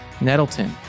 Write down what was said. Nettleton